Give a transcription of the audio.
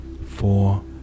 four